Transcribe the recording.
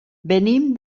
venim